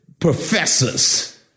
professors